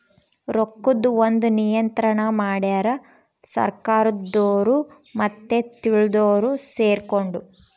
ರೊಕ್ಕದ್ ಒಂದ್ ನಿಯಂತ್ರಣ ಮಡ್ಯಾರ್ ಸರ್ಕಾರದೊರು ಮತ್ತೆ ತಿಳ್ದೊರು ಸೆರ್ಕೊಂಡು